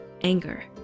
anger